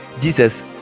Jesus